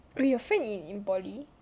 eh your friend in in poly